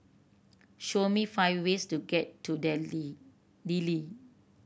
show me five ways to get to Dili